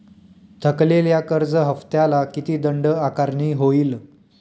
थकलेल्या कर्ज हफ्त्याला किती दंड आकारणी होईल?